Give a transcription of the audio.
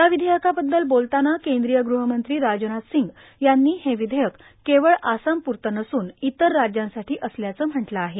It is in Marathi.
या विधेयकाबद्दल बोलतांना केंद्रीय गृहमंत्री राजनाथ सिंग यांनी हे विधेयक केवळ आसामप्रती नसून इतर राज्यांसाठी असल्याचं म्हटलं आहे